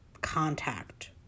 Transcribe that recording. contact